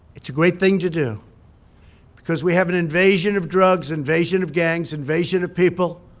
it's a great thing to do because we have an invasion of drugs, invasion of gangs, invasion of people,